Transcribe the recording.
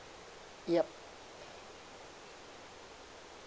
yup